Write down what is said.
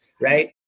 Right